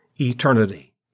eternity